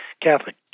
Catholic